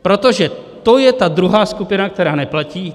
Protože to je ta druhá skupina, která neplatí.